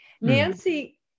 nancy